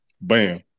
bam